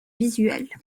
visuel